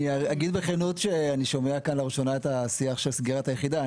אני אגיד בכנות שאני שומע כאן לראשונה את השיח של סגירת היחידה.